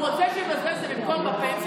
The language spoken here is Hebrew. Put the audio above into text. הוא רוצה שיבזבז את זה, במקום בפנסיה,